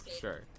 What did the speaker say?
sure